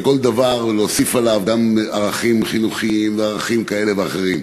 כל דבר להוסיף עליו גם ערכים חינוכיים וערכים כאלה ואחרים.